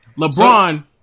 LeBron